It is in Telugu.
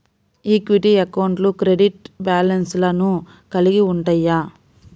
ఈక్విటీ అకౌంట్లు క్రెడిట్ బ్యాలెన్స్లను కలిగి ఉంటయ్యి